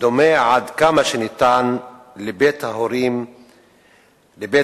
דומה עד כמה שניתן לבית הורים תקין,